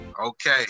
Okay